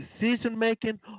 decision-making